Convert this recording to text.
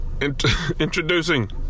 Introducing